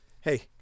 hey